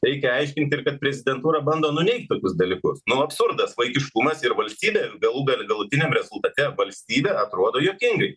reikia aiškinti ir kad prezidentūra bando nuneigt tokius dalykus nu absurdas vaikiškumas ir valstybė galų gale galutiniam rezultate valstybė atrodo juokingai